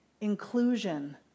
inclusion